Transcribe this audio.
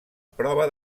prova